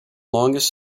longest